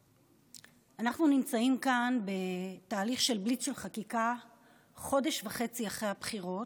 אנחנו נמצאים כאן בתהליך של בליץ של חקיקה חודש וחצי אחרי הבחירות,